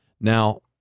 Now